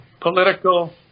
political